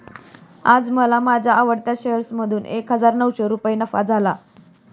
आज मला माझ्या आवडत्या शेअर मधून एक हजार नऊशे रुपये नफा झाला